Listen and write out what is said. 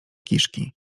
kiszki